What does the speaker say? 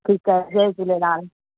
ठीकु आहे जय झूलेलाल